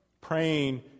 Praying